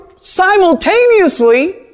simultaneously